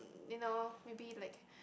you know maybe like